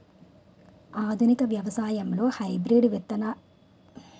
ఆధునిక వ్యవసాయంలో హైబ్రిడ్ విత్తనోత్పత్తి ప్రధానమైనది